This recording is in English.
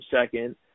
second